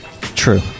True